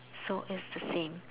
so is the same